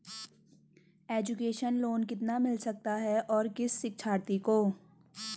Education loan कितना मिल सकता है और किस शिक्षार्थी को?